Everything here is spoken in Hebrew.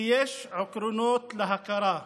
ויש עקרונות להכרה.